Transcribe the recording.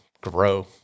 grow